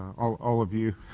all all of you,